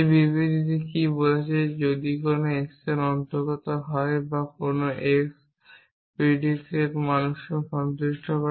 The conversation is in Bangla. এই বিবৃতিটি কি বলছে যে যদি কোনো x এর অন্তর্গত হয় বা কোনো x predicate মানুষকে সন্তুষ্ট করে